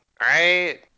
Right